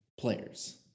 players